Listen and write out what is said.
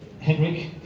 Henrik